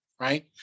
right